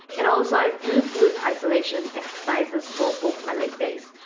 and also i do glute isolation exercises both both of my leg days.